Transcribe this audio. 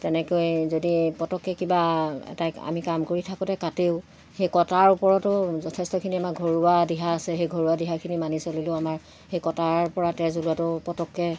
তেনেকৈ যদি পটককে কিবা এটাই আমি কাম কৰি থাকোঁতে কাটেও সেই কটাৰ ওপৰতো যথেষ্টখিনি আমাৰ ঘৰুৱা দিহা আছে সেই ঘৰুৱা দিহাখিনি মানি চলিলেও আমাৰ সেই কটাৰ পৰা তেজ ওলোৱাটো পটককে